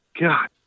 God